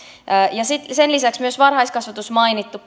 sen lisäksi on myös varhaiskasvatus mainittu